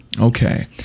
Okay